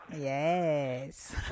Yes